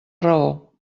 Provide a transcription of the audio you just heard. raó